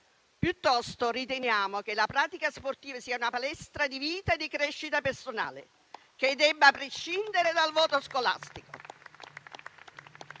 Piuttosto, riteniamo che la pratica sportiva sia una palestra di vita e di crescita personale, che debba prescindere dal voto scolastico.